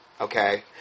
Okay